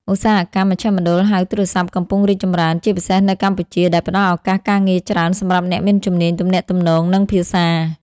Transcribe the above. ឧស្សាហកម្មមជ្ឈមណ្ឌលហៅទូរស័ព្ទកំពុងរីកចម្រើន ជាពិសេសនៅកម្ពុជា ដែលផ្ដល់ឱកាសការងារច្រើនសម្រាប់អ្នកមានជំនាញទំនាក់ទំនង និងភាសា។